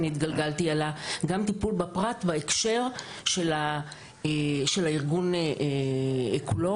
אלא גם טיפול בפרט בהקשר של הארגון כולו.